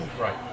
Right